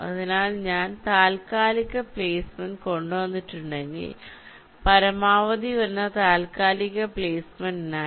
അതിനാൽ ഞാൻ താൽക്കാലിക പ്ലെയ്സ്മെന്റ് കൊണ്ടുവന്നിട്ടുണ്ടെങ്കിൽ അതിനാൽ പരമാവധി വരുന്ന താൽക്കാലിക പ്ലെയ്സ്മെന്റിനായി